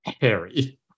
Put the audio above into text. Harry